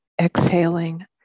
exhaling